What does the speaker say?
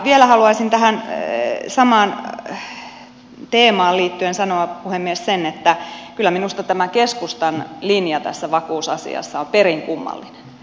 vielä haluaisin tähän samaan teemaan liittyen sanoa sen että kyllä minusta tämä keskustan linja tässä vakuusasiassa on perin kummallinen